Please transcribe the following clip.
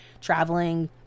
traveling